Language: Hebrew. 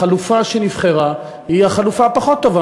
החלופה שנבחרה היא החלופה הפחות טובה